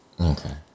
Okay